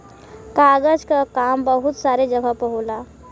कागज क काम बहुत सारे जगह पर होला